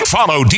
Follow